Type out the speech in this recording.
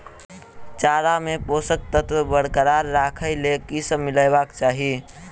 चारा मे पोसक तत्व बरकरार राखै लेल की सब मिलेबाक चाहि?